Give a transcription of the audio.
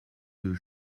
deux